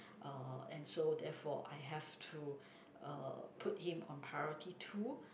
uh and so therefore I have to uh put him on priority too